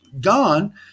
gone